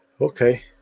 Okay